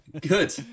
good